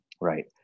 right